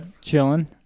chilling